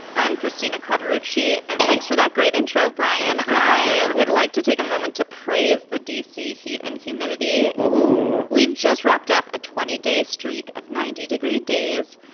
i'm christina cutter. she and thanks for that great intro, brian. i would like to take a moment to praise the d c. heat and humidity. we've just wrapped up a twenty day streak of ninety degree days.